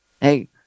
Hey